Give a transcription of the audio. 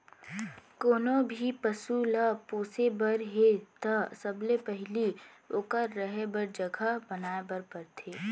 कोनों भी पसु ल पोसे बर हे त सबले पहिली ओकर रहें बर जघा बनाए बर परथे